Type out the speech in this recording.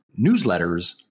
newsletters